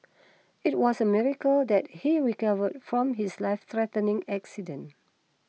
it was a miracle that he recovered from his life threatening accident